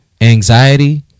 Anxiety